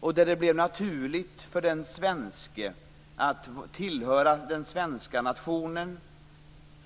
Då blev det naturligt för de svenske att tillhöra den svenska nationen,